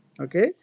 Okay